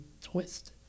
twist